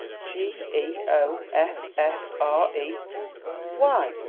g e o f f r e why,